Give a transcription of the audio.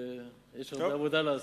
יש הרבה עבודה לעשות.